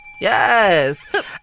Yes